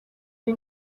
ari